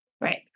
Right